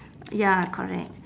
ya correct